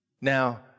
Now